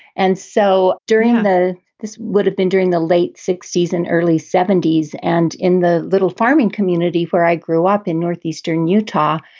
and so during the this would have been during the late sixty s and early seventy point s and in the little farming community where i grew up in northeastern utah,